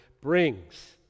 brings